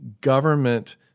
government